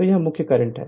तो यह मुख्य करंट है